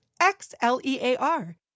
X-L-E-A-R